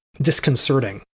disconcerting